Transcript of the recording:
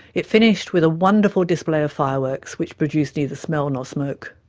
it finished with a wonderful display of fireworks, which produced neither smell nor smoke.